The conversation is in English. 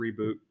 reboot